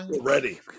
Ready